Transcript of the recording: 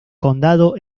condado